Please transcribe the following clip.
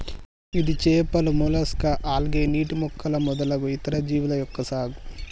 ఇది చేపలు, mollusca, algae, నీటి మొక్కలు మొదలగు ఇతర జీవుల యొక్క సాగు